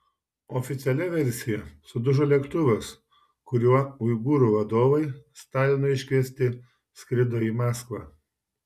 oficialia versija sudužo lėktuvas kuriuo uigūrų vadovai stalino iškviesti skrido į maskvą